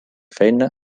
feina